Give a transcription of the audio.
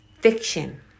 fiction